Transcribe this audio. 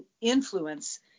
influence